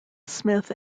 smith